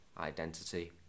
identity